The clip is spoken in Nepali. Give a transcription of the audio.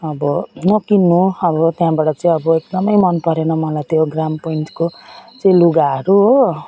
अब नकिन्नु अब त्यहाँबाट चाहिँ अब एकदमै मन परेन मलाई त्यो ग्राम पोइन्टको चाहिँ लुगाहरू हो